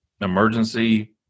emergency